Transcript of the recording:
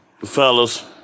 fellas